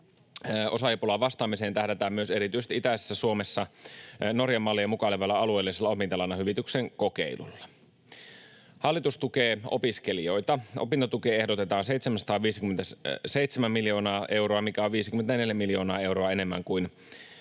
Osaajapulaan vastaamiseen tähdätään myös erityisesti itäisessä Suomessa Norjan mallia mukailevalla alueellisella opintolainahyvityksen kokeilulla. Hallitus tukee opiskelijoita. Opintotukeen ehdotetaan 757 miljoonaa euroa, mikä on 54 miljoonaa euroa enemmän kuin kuluvana